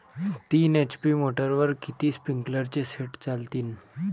तीन एच.पी मोटरवर किती स्प्रिंकलरचे सेट चालतीन?